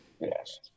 Yes